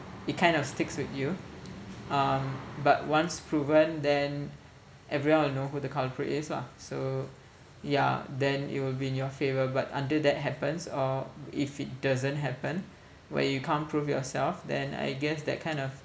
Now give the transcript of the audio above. it kind of sticks with you um but once proven then everyone will know who the culprit is lah so yeah then it will be in your favour but until that happens or if it doesn't happen where you can't prove yourself then I guess that kind of